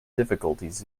difficulties